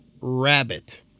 Rabbit